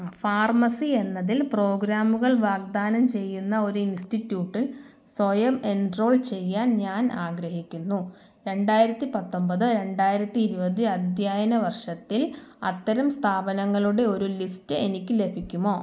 pharmacy എന്നതിൽ പ്രോഗ്രാമുകൾ വാഗ്ദാനം ചെയ്യുന്ന ഒരു ഇൻസ്റ്റിറ്റ്യൂട്ടിൽ സ്വയം എൻറോൾ ചെയ്യാൻ ഞാൻ ആഗ്രഹിക്കുന്നു രണ്ടായിരത്തി പത്തൊമ്പത് രണ്ടായിരത്തി ഇരുപത് അധ്യയന വർഷത്തിൽ അത്തരം സ്ഥാപനങ്ങളുടെ ഒരു ലിസ്റ്റ് എനിക്ക് ലഭിക്കുമോ